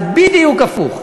זה בדיוק הפוך,